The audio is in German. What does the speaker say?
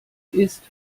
ist